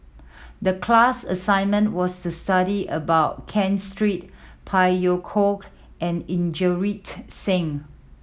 the class assignment was to study about Ken Street Phey Yew Kok and Inderjit Singh